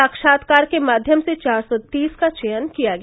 साक्षात्कार के माध्यम से चार सौ तीस का चयन किया गया